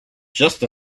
just